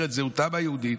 להסתיר את זהותם היהודית